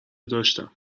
داشتم